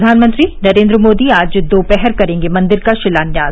प्रधानमंत्री नरेन्द्र मोदी आज दोपहर करेंगे मंदिर का शिलान्यास